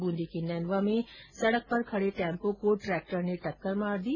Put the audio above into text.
बूंदी के नैनवा में सडक पर खडे टैम्पों को ट्रेक्टर ने टक्कर मार दी